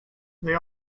they